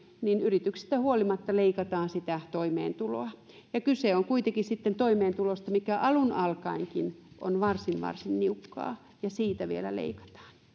yrityksistä huolimatta leikataan sitä toimeentuloa kyse on kuitenkin toimeentulosta mikä alun alkaenkin on varsin varsin niukkaa ja siitä vielä